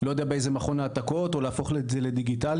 לא יודע באיזה מכון העתקות או להפוך את זה לדיגיטלי.